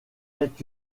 est